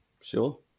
sure